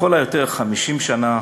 לכל היותר 50 שנה,